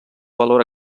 valor